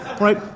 right